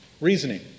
Reasoning